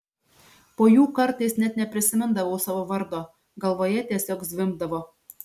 po jų kartais net neprisimindavau savo vardo galvoje tiesiog zvimbdavo